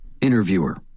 Interviewer